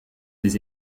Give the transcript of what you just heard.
des